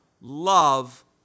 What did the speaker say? love